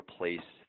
replace